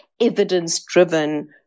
evidence-driven